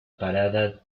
parada